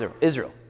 Israel